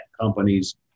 companies